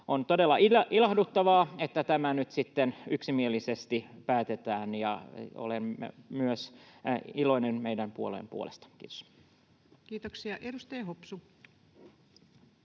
on todella ilahduttavaa, että tämä nyt sitten yksimielisesti päätetään, ja olen iloinen myös meidän puolueen puolesta. — Kiitos. Kiitoksia. — Edustaja Hopsu.